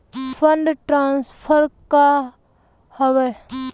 Fund transfer का हव?